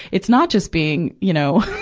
it's not just being, you know,